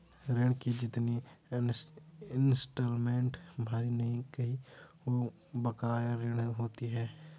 ऋण की जितनी इंस्टॉलमेंट भरी नहीं गयी वो बकाया ऋण होती है